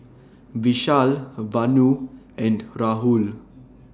Vishal Vanu and Rahul